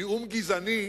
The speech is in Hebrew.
נאום גזעני.